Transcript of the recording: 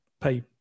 pay